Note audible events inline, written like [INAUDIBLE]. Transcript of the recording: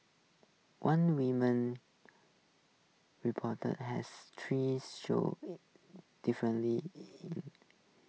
one woman reportedly has three showing [HESITATION] differently [UNINTELLIGIBLE]